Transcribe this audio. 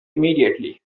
immediately